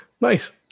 Nice